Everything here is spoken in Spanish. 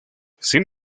sin